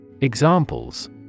Examples